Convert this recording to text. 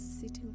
sitting